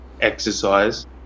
exercise